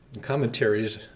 commentaries